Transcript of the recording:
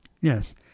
Yes